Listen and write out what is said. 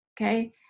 Okay